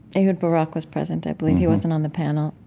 ehud barak was present, i believe. he wasn't on the panel.